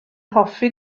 hoffi